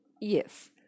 Yes